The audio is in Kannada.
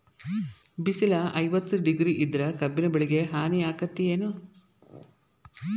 ಬಿಸಿಲ ಐವತ್ತ ಡಿಗ್ರಿ ಇದ್ರ ಕಬ್ಬಿನ ಬೆಳಿಗೆ ಹಾನಿ ಆಕೆತ್ತಿ ಏನ್?